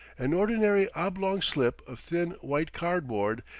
an ordinary oblong slip of thin white cardboard,